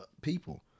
people